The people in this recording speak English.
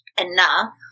enough